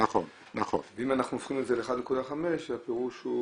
אם אנחנו הופכים את זה ל-1.5 הפירוש הוא